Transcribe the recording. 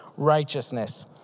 righteousness